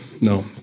No